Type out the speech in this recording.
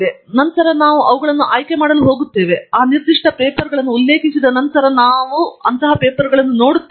ತದನಂತರ ನಾವು ಅವುಗಳನ್ನುಆಯ್ಕೆ ಮಾಡಲು ಹೋಗುತ್ತೇವೆ ಮತ್ತು ಆ ನಿರ್ದಿಷ್ಟ ಪೇಪರ್ಗಳನ್ನು ಉಲ್ಲೇಖಿಸಿದ ನಂತರ ನಾವು ಯಾವ ಪೇಪರ್ಗಳನ್ನು ನೋಡುತ್ತೇವೆ